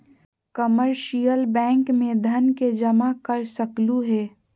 commercial bank में धन के जमा कर सकलु हें